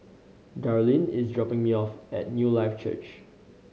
Darleen is dropping me off at Newlife Church